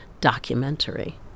documentary